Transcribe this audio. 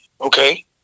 Okay